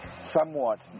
somewhat